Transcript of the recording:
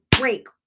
break